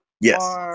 yes